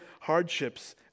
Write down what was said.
hardships